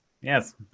Yes